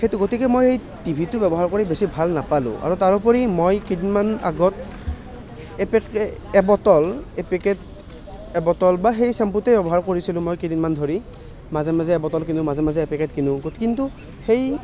সেইটো গতিকে মই টিভিটো ব্যৱহাৰ কৰি বেছি ভাল নাপালোঁ আৰু তাৰোপৰি মই কেইদিনমান আগত এপেকেট এবটল এপেকেট এবটল সেই শ্ৱেম্পুটোৱে ব্যৱহাৰ কৰিছিলোঁ মই কেইদিনমান ধৰি মাজে মাজে এবটল কিনো মাজে মাজে এপেকেট কিনো কিন্তু সেই